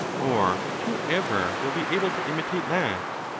or who ever will be able to imitate that?